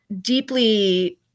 deeply